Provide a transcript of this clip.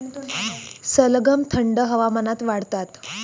सलगम थंड हवामानात वाढतात